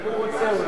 הוא רוצה.